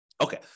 Okay